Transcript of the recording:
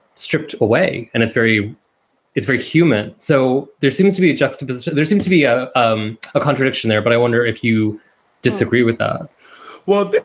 stripped away. and it's very it's very human. so there seems to be a juxtaposition. there seem to be a um a contradiction there. but i wonder if you disagree with that well,